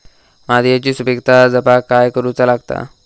मातीयेची सुपीकता जपाक काय करूचा लागता?